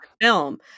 film